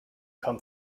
come